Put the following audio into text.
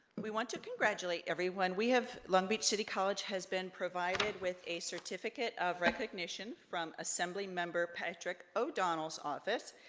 we want to congratulate everyone. we have, long beach city college has been provided with a certificate of recognition from assembly member patrick o'donnell's office.